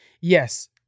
yes